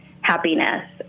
happiness